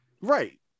Right